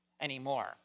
anymore